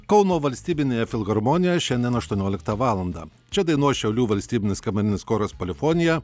kauno valstybinėje filharmonijoje šiandien aštuonioliktą valandą čia dainuos šiaulių valstybinis kamerinis choras polifonija